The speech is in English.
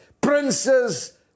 princes